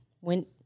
went